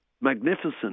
magnificent